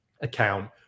account